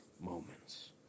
moments